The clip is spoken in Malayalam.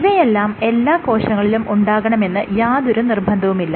ഇവയെല്ലാം എല്ലാ കോശങ്ങളിലും ഉണ്ടാകണമെന്ന് യാതൊരു നിർബന്ധവുമില്ല